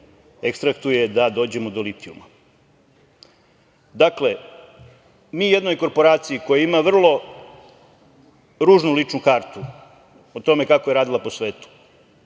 ekstrahuje, da dođemo do litijuma. Dakle, mi jednoj korporaciji koja ima vrlo ružnu ličnu kartu o tome kako je radila po svetu,